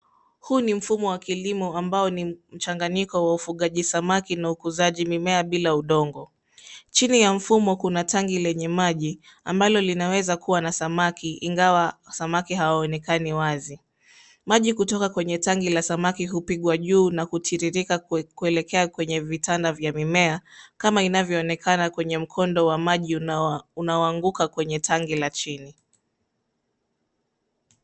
Huu ni mfumo wa kilimo ambao ni mchanganyiko wa ufugaji samaki na ukuzaji mimea bila udongo. Chini ya mfumo kuna tangi lenye maji ambalo linaweza kuwa na samaki ingawa samaki hawaonekani wazi. Maji kutoka kwenye tangi la samaki hupigwa juu na kutiririka kuelekea kwenye vitanda vya mimea kama inavyoonekana kwenye mkondo wa maji unaoanguka kwenye tangi la chini.